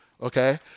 okay